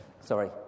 Sorry